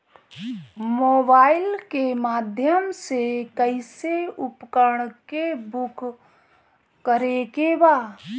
Mobile के माध्यम से कैसे उपकरण के बुक करेके बा?